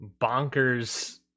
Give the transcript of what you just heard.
bonkers